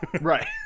Right